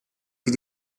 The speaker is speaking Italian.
più